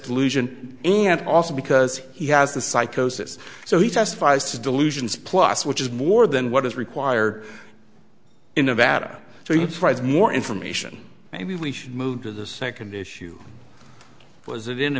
delusion and also because he has the psychosis so he testifies to delusions plus which is more than what is required in nevada so he tries more information maybe we should move to the second issue was it